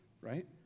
right